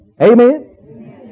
Amen